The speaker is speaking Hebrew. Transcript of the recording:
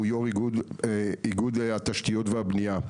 שהוא יו"ר איגוד התשתיות והבנייה.